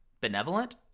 benevolent